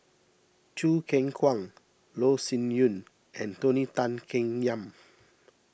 Choo Keng Kwang Loh Sin Yun and Tony Tan Keng Yam